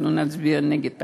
אנחנו נצביע נגד התקציב.